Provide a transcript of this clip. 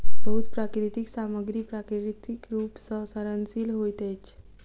बहुत प्राकृतिक सामग्री प्राकृतिक रूप सॅ सड़नशील होइत अछि